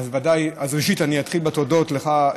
אז ראשית אני אתחיל בתודות לך,